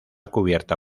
cubierta